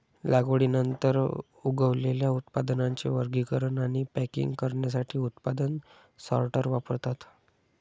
लागवडीनंतर उगवलेल्या उत्पादनांचे वर्गीकरण आणि पॅकिंग करण्यासाठी उत्पादन सॉर्टर वापरतात